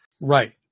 Right